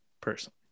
personally